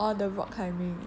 orh the rock climbing